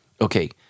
okay